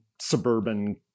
suburban